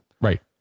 Right